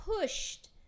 pushed